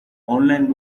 online